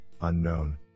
Unknown